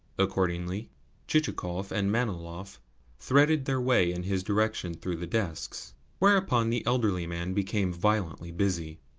accordingly chichikov and manilov threaded their way in his direction through the desks whereupon the elderly man became violently busy.